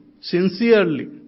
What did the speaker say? sincerely